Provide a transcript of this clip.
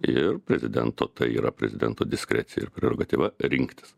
ir prezidento tai yra prezidento diskrecija ir prerogatyva rinktis